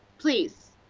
please.